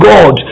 God